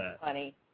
funny